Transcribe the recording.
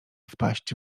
wpaść